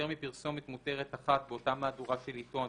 מפרסומת מותרת אחת באותה מהדורה של עיתון,